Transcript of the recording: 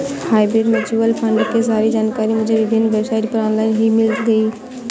hybrid mutual fund की सारी जानकारी मुझे विभिन्न वेबसाइट पर ऑनलाइन ही मिल गयी